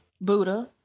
Buddha